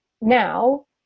now